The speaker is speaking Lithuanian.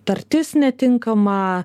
tartis netinkama